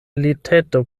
liteto